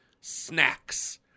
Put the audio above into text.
snacks